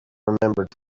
remembered